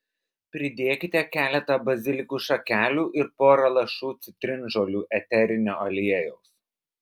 pridėkite keletą bazilikų šakelių ir pora lašų citrinžolių eterinio aliejaus